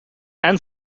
and